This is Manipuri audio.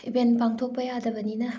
ꯏꯚꯦꯟ ꯄꯥꯡꯊꯣꯛꯄ ꯌꯥꯗꯕꯅꯤꯅ